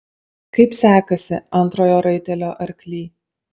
kaip sekasi antrojo raitelio arkly